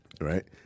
Right